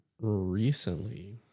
recently